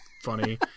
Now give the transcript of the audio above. funny